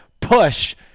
push